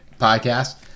podcast